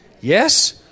Yes